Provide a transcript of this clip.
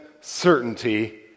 certainty